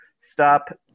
stop